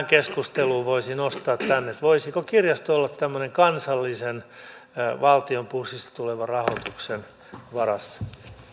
keskusteluun voisi nostaa tämän voisiko kirjasto olla tämmöisen kansallisen valtion pussista tulevan rahoituksen varassa